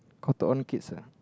Cotton-On-Kids ah